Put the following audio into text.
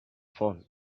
phone